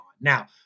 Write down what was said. Now